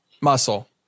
muscle